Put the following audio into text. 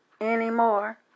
anymore